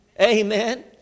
Amen